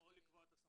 נכון.